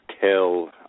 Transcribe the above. kill